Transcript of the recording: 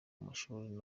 mashuri